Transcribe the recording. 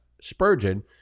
Spurgeon